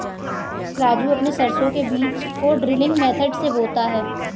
राजू अपने सरसों के बीज को ड्रिलिंग मेथड से बोता है